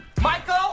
Michael